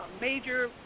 major